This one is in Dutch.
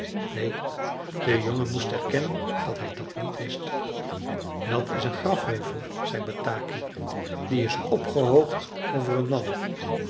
neen de jongen moest erkennen dat hij dat niet wist dat is een grafheuvel zei bataki die is opgehoogd over een man